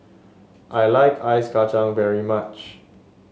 I like Ice Kacang very much